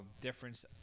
difference